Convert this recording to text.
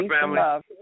family